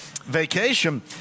vacation